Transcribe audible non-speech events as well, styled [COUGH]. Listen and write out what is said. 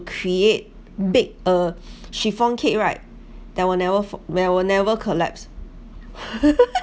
create bake a chiffon cake right that will never fall that will never collapse [LAUGHS]